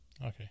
Okay